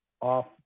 off